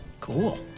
Cool